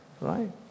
Right